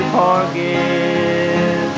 forgive